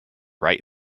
right